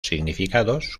significados